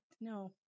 no